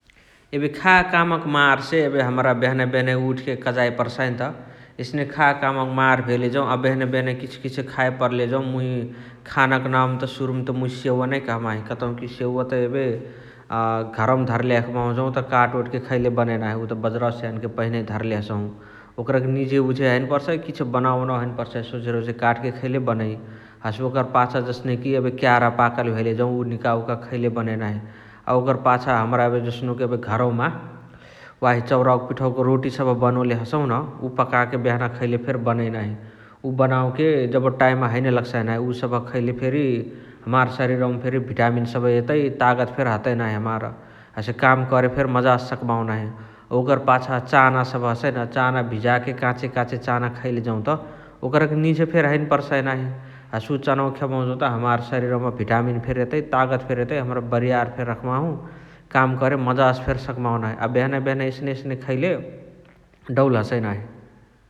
एबे खा कामक मारसे एबे हमरा बेहनही बेहनही उठके कजए पर्साअइनत । एस्ने खा कामक मार भेले जौ । अ बेहनही बेहनही किछो किछो खाए पर्ले जउ मुइ खानक नाउन मा त मुइ सुरुमा स्यउका नै कहबाही । कतौकी स्यउवा त एबे घरवमा धर्ले हखबाहु जौत काट ओटके खैले बनइ नाही उत बजारआवसे यानके पहिनही धाराले हसहु । ओकरके निझे उझे हैने पर्साइ किछो बनवे ओनावे हैने पर्साइ सोझे रोझे काटके खैले बनइ । हसे ओकर पाछा जसनेकी क्यारा पाकल भेले जौ उ निका उकाके खैले बनइ नाही । ओकर पाछ एबे हमरा एबे कस्नुक घरवमा वाही चौरावक पिठवक रोटी सबह बनोले हसहुन उ पकाके बेहना खैले फेरी बनइ नाही । उ बनवोके हैने जबणा टाईम लगसाइ नाही । उ खैले फेरी हमार सरिरवमा भिटमिन फेरी हतइ नाही हमार । हसे काम करे फेरी मजासे सकबाहु नाही । ओकर पाछा चाना सबह हसइन । चाना भिजाके काछे काछे चाना खैले जौत ओकरके निझे फेरी हैने पर्साइ नाही । उ चनवा खेबहु जौत हमार सरिरवमा तगत फेरी एतइ भिटामिन फेरी एतइ हमरा बारीयार फेरी हखबाहु । काम करे मजासे फेरी सकबाहु नाही । अ बेहना बेहना एसने एसने खैले डौल हसइ नाही ।